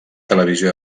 televisió